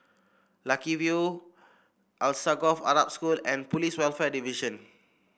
Lucky View Alsagoff Arab School and Police Welfare Division